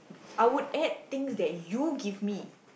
I would add things that you give me